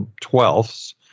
twelfths